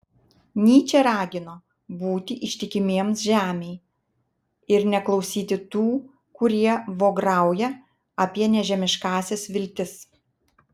nyčė ragino būti ištikimiems žemei ir neklausyti tų kurie vograuja apie nežemiškąsias viltis